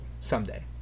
someday